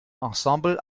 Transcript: ensemble